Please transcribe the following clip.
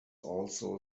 also